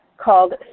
Called